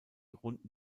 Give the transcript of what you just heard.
runden